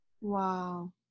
Wow